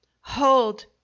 Hold